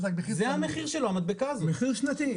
מחיר שנתי.